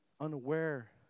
unaware